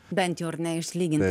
bent jau ar ne išlyginti